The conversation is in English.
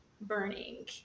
burning